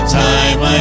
time